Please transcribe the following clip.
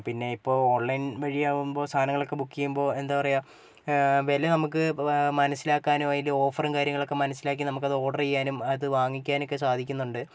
പിന്നെയിപ്പോൾ online വഴിയാവുമ്പോൾ സാധനങ്ങളൊക്കെ book ചെയ്യുമ്പോൾ എന്താ പറയാ വില നമുക്ക് മനസ്സിലാക്കാനോ അതിൻ്റെ ഓഫറും കാര്യങ്ങളുമൊക്കെ മനസ്സിലാക്കി നമുക്കത് ഓർഡറ് ചെയ്യാനും അത് വാങ്ങിക്കാനൊക്കെ സാധിക്കുന്നുണ്ട്